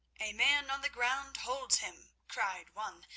a man on the ground holds him cried one,